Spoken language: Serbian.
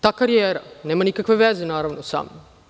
Ta karijera nema nikakve veze sa mnom.